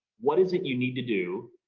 what is it you need to do?